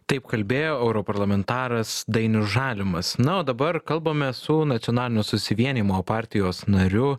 taip kalbėjo europarlamentaras dainius žalimas na o dabar kalbame su nacionalinio susivienijimo partijos nariu